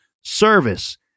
service